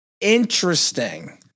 interesting